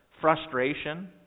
frustration